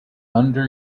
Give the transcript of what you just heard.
under